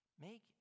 Make